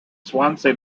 swansea